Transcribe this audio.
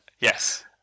yes